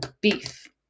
beef